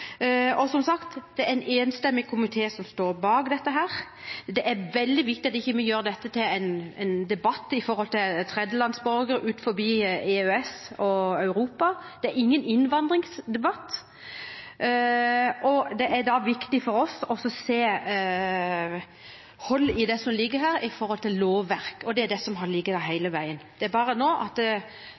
og, som sagt, det er en enstemmig komite som står bak dette. Det er veldig viktig at vi ikke gjør dette til en debatt om tredjelandsborgere utenfor EØS og Europa, det er ingen innvandringsdebatt. Og det er viktig for oss å se at det er hold i det som ligger her med hensyn til lovverket, og det er det som har ligget der hele tiden. Det er bare det at